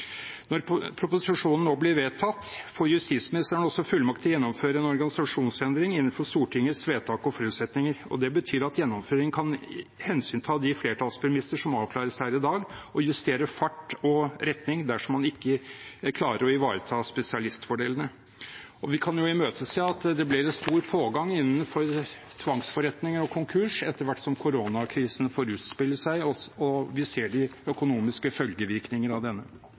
proposisjonen nå blir vedtatt, får justisministeren også fullmakt til å gjennomføre en organisasjonsendring innenfor Stortingets vedtak og forutsetninger. Det betyr at gjennomføringen kan hensynta de flertallspremisser som avklares her i dag, og justere fart og retning dersom man ikke klarer å ivareta spesialistfordelene. Vi kan jo imøtese at det blir en stor pågang innenfor tvangsforretninger og konkurs etter hvert som koronakrisen får utspille seg og vi ser de økonomiske følgevirkninger av denne.